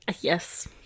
Yes